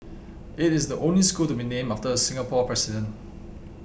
it is the only school to be named after a Singapore president